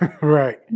Right